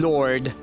Lord